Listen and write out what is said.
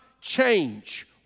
change